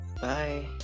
Bye